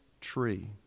tree